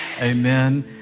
Amen